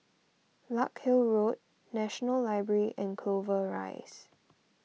Larkhill Road National Library and Clover Rise